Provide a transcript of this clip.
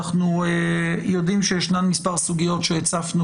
אנחנו יודעים שיש מספר סוגיות שהצפנו